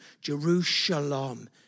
Jerusalem